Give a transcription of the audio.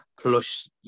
plus